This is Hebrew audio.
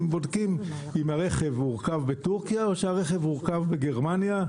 בודקים אם הרכב הורכב בטורקיה או שהרכב הורכב בגרמניה.